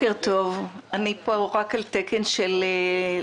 אני פה רק על תקן להודות.